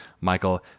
Michael